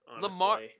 Lamar